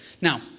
Now